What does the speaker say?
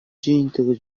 жыйынтыгы